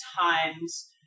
times